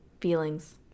Feelings